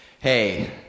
Hey